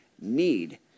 need